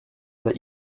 that